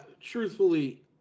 truthfully